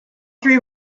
three